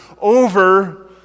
over